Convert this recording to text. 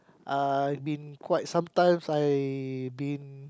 I have been quite some times I been